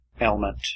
element